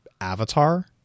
avatar